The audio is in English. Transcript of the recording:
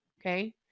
okay